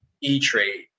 E-Trade